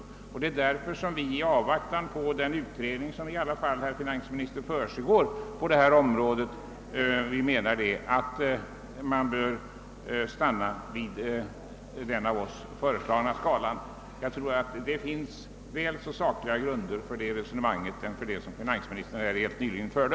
Det är av den anledningen som vi menar att man i avvaktan på den utredning som dock, herr finansminister, pågår på detta område bör stanna vid den av oss föreslagna skalan. Jag tror att det finns väl så sakliga grunder för det resonemanget som för det finansministern förde.